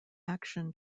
action